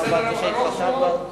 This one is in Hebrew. יש סדר-יום ארוך מאוד,